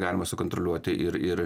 galima sukontroliuoti ir ir